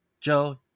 Joe